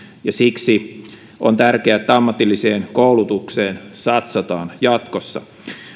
ja siksi on tärkeää että ammatilliseen koulutukseen satsataan jatkossa